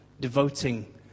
devoting